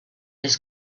his